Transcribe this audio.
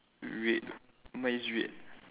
red mine is red